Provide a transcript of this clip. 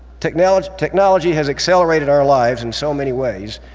technology technology has accelerated our lives in so many ways,